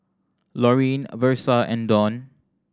Laurene Versa and Donn